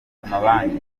amabanki